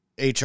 HR